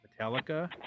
Metallica